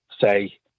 say